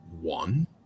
One